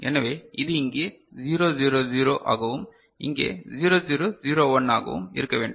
எனவே இது இங்கே 0 0 0 ஆகவும் இங்கே 0 0 0 1 ஆகவும் இருக்க வேண்டும்